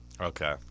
Okay